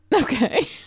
Okay